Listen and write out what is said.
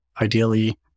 Ideally